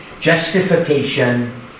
justification